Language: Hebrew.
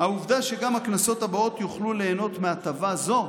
--- העובדה שגם הכנסות הבאות יוכלו ליהנות מ'הטבה' זו